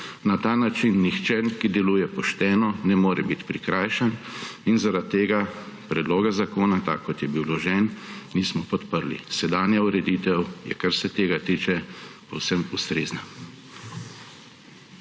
Na ta način nihče, ki deluje pošteno ne more biti prikrajšan in zaradi tega predloga zakona, tak ko je bil vložen, nismo podprli. Sedanja ureditev je, kar se tega tiče, povsem ustrezna.